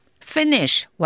finish